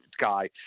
guy